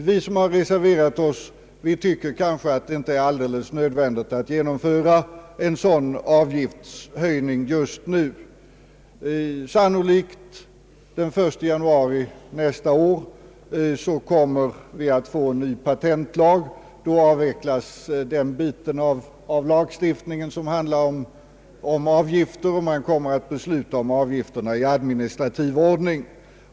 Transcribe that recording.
Vi som har reserverat oss tycker att det kanske inte är alldeles nödvändigt att genomföra en sådan avgiftshöjning just nu. Sannolikt den 1 januari nästa år kommer vi att få en ny patentlag. Då avvecklas den del av lagstiftningen som handlar om avgifter, och man kommer att besluta om avgifterna i administrativ ordning.